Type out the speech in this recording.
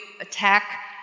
attack